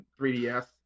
3DS